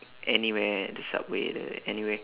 anywhere at the subway like that anywhere